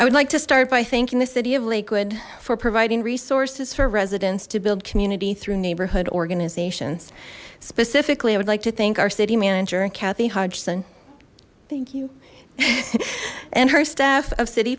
i would like to start by thanking the city of lakewood for providing resources for residents to build community through neighborhood organizations specifically i would like to thank our city manager and cathy hodgson thank you and her staff of city